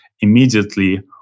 immediately